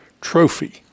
Trophy